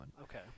Okay